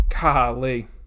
Golly